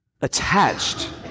attached